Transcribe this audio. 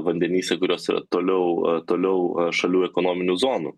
vandenyse kurios yra toliau toliau šalių ekonominių zonų